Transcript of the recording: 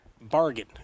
bargain